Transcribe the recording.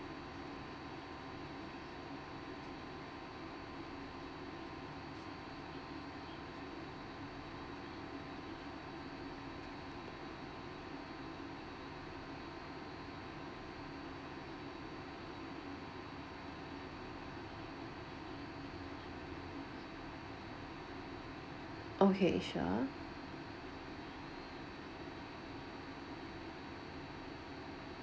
okay sure